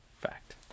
Fact